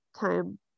time